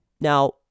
Now